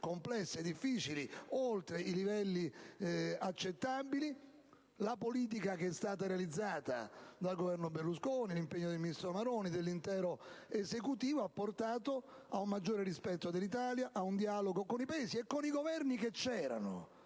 complesse, difficili, oltre i livelli accettabili. La politica realizzata dal Governo Berlusconi, con l'impegno del ministro Maroni e dell'intero Esecutivo, ha portato ad un maggior rispetto dell'Italia, ad un dialogo con altri Paesi e con i Governi che c'erano,